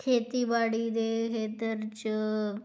ਖੇਤੀਬਾੜੀ ਦੇ ਖੇਤਰ 'ਚ